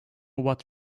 what